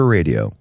Radio